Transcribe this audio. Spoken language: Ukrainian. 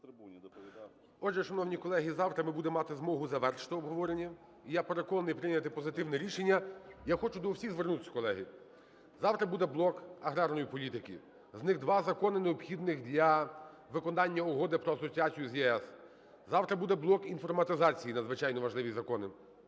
Отже, шановні колеги, завтра ми будемо мати змогу завершити обговорення і, я переконаний, прийняти позитивне рішення. Я хочу до всіх звернутися, колеги: завтра буде блок аграрної політики. З них два закони, необхідних для виконання Угоди про асоціацію з ЄС. Завтра буде блок інформатизації, надзвичайно важливі закони.